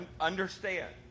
Understand